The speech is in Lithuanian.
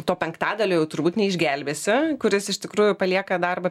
to penktadalio jau turbūt neišgelbėsi kuris iš tikrųjų palieka darbą